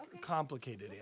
complicated